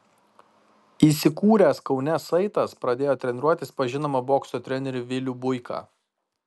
įsikūręs kaune saitas pradėjo treniruotis pas žinomą bokso trenerį vilių buiką